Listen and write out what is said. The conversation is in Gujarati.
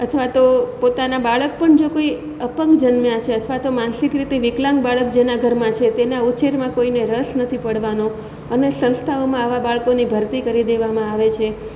અથવા તો પોતાનાં બાળક પણ જો કોઈ અપંગ જન્મ્યાં છે અથવા તો માનસિક રીતે વિકલાંગ બાળક જેનાં ઘરમાં છે તેનાં ઉછેરમાં કોઈને રસ નથી પડવાનો અને સંસ્થાઓમાં આવા બાળકોની ભરતી કરી દેવામાં આવે છે